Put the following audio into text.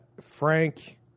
frank